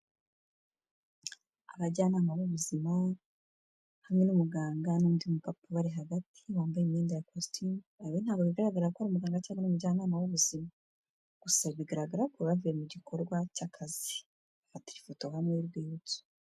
Abajyanama b'ubuzima, hamwe n'umuganga n'undi mugabo ubari hagati, wambaye imyenda ya kositimu, na we ntabwo bigaragara ko ari umuganga cyangwa ari umujyanama w'ubuzima; gusa bigaragara ko bavuye mu gikorwa cy'akazi. Bafatira ifoto hamwe y'urwibutso.